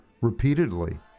repeatedly